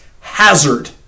hazard